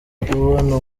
kubona